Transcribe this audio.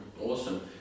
Awesome